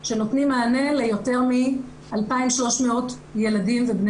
שנותנים מענה ליותר מ-2,300 ילדים ובני